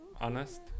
honest